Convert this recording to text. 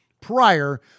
prior